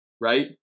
right